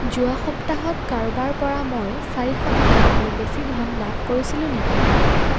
যোৱা সপ্তাহত কাৰোবাৰ পৰা মই চাৰিশ টকাতকৈ বেছি ধন লাভ কৰিছিলোঁ নেকি